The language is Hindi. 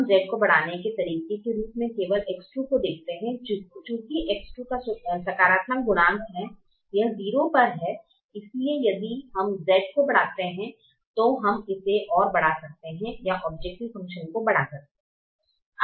हम Z को बढ़ाने के तरीके के रूप में केवल X2 को देखते हैं और चूंकि X2 का सकारात्मक गुणांक है यह 0 पर है इसलिए यदि हम Z को बढ़ाते हैं तो हम उसे और बढ़ा सकते हैं या ओब्जेक्टिव फ़ंक्शन को बढ़ाएं